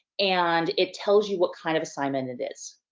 and it tells you what kind of assignment it is.